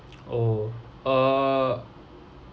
oh err